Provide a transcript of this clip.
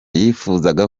yifuza